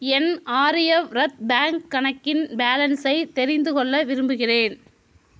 என் Aryavrat bank கணக்கின் பேலன்ஸை தெரிந்துகொள்ள விரும்புகிறேன்